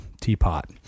teapot